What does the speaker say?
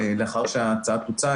לאחר שההצעה תוצע,